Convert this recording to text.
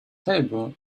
table